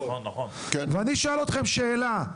ואני שואל אתכם שאלה.